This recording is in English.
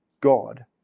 God